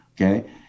okay